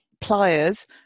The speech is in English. pliers